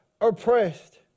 Oppressed